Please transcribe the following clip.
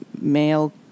male